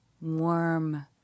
warm